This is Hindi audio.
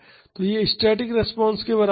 तो यह स्टैटिक रिस्पांस के बराबर है